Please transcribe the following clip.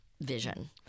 vision